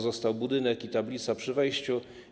Zostały budynek i tablica przy wejściu.